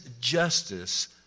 justice